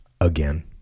again